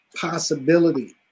possibility